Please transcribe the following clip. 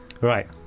Right